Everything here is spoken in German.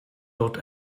dort